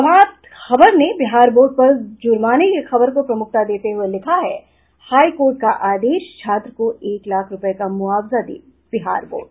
प्रभात खबर ने बिहार बोर्ड पर जुर्माने की खबर को प्रमुखता देते हुए लिखा है हाईकोर्ट का आदेश छात्र को एक लाख रूपये का मुआवजा दे बिहार बोर्ड